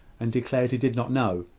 and declared he did not know.